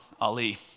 Ali